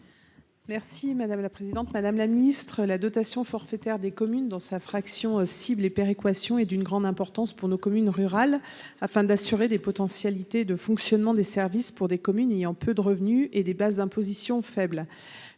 Merci madame la présidente, madame la Ministre, la dotation forfaitaire des communes dans sa fraction péréquation et d'une grande importance pour nos communes rurales afin d'assurer des potentialités de fonctionnement des services pour des communes ayant peu de revenus et des bases d'imposition faible,